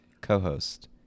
co-host